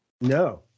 No